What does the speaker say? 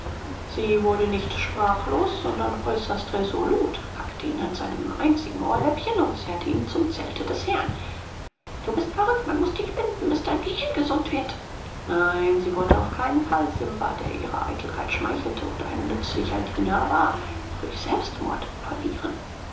sie wurde nicht sprachlos sondern äußerst resolut packte ihn an seinem einzigen ohrläppchen und zerrte ihn zum zelte des herrn du bist verrückt man muß dich binden bis dein gehirn gesund wird nein sie wollte auf keinen fall simba der ihrer eitelkeit schmeichelte und ein nützlicher diener war durch selbstmord verlieren